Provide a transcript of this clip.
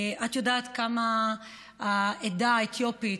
את יודעת כמה העדה האתיופית,